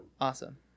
Awesome